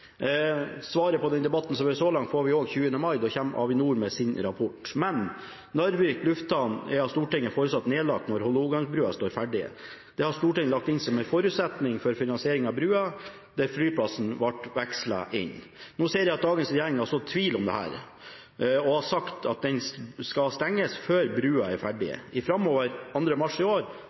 Svaret på den debatten vi har hatt så langt, får vi også 20. mai, da kommer Avinor med sin rapport. Men Narvik lufthavn er av Stortinget foreslått nedlagt når Hålogalandsbrua står ferdig. Det har Stortinget lagt inn som en forutsetning for finansiering av brua, der flyplassen ble vekslet inn. Nå ser jeg at dagens regjering har sådd tvil om dette, og har sagt at den skal stenges før brua er ferdig. I Fremover 27. februar i år